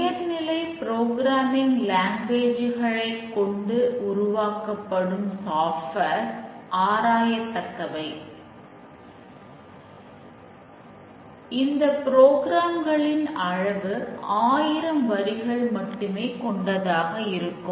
உயர்நிலை புரோகிராமிங் லாங்குவேஜ்களைக் அளவு ஆயிரம் வரிகளை மட்டுமே கொண்டதாக இருக்கும்